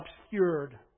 obscured